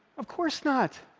of course not.